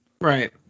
Right